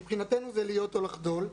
מבחינתנו זה להיות או לחדול.